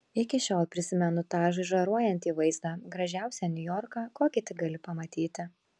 iki šiol prisimenu tą žaižaruojantį vaizdą gražiausią niujorką kokį tik gali pamatyti